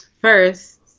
first